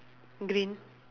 green